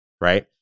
right